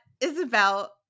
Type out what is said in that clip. Isabel